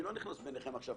אני לא נכנס ביניכם עכשיו.